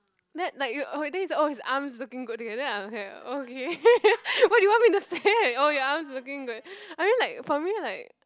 that like you oh then he's like oh he's arms looking good together then I'm here like oh K what do you want me to say oh your arms looking good I mean like for me like